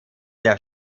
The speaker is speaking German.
der